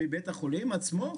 מבית החולים עצמו?